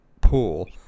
pool